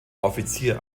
offizier